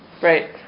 right